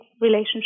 relationship